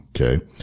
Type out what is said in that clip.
Okay